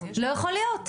זה לא יכול להיות.